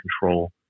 control